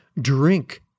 drink